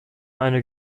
eine